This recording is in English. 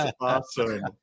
awesome